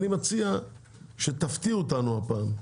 אני מציע שתפתיעו אותנו הפעם,